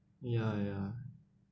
ya ya